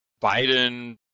Biden